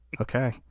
Okay